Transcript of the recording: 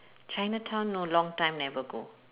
chinatown no long time never go